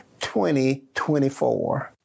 2024